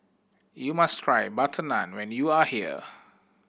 you must try butter naan when you are here